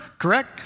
correct